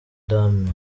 damme